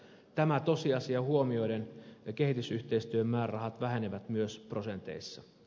tämä tosiasia huomioiden kehitysyhteistyömäärärahat vähenevät myös prosenteissa